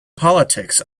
politics